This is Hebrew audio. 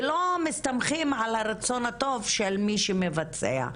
ולא מסתמכים על הרצון הטוב של מי שמבצע,